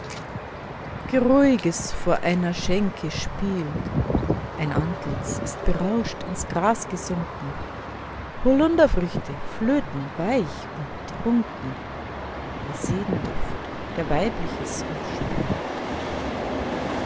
geruhiges vor einer schenke spielt ein antlitz ist berauscht ins gras gesunken hollunderfrüchte flöten weich und trunken resedenduft der weibliches umspült